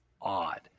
odd